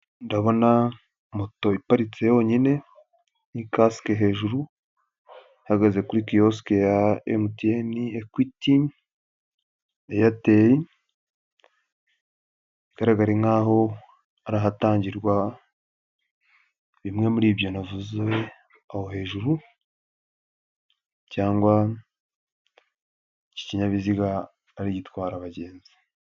Ndabona moto iparitse yonyine n'ikasike hejuru, ihagaze kuri kiyosiki ya MTN, Equity, Airtel, bigaragare nk'aho ari ahatangirwa bimwe muri ibyo navuze aho hejuru cyangwa iki kinyabiziga ari igitwara abagenzi.